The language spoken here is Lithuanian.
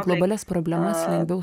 globalias problemas lengviau